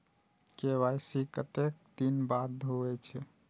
KYC कतेक दिन बाद होई छै?